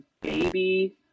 baby